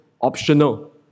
optional